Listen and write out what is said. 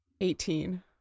Eighteen